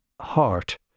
heart